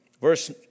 Verse